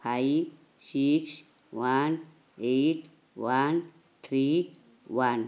five six one eight one three one